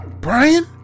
Brian